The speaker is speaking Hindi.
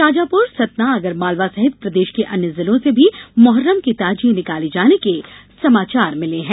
शाजापुर सतना आगर मालवा सहित प्रदेश के अन्य जिलों से भी मोहर्रम के ताजिये निकाले जाने के समाचार मिले हैं